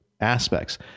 aspects